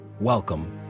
Welcome